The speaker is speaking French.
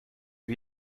lui